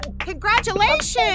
Congratulations